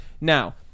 Now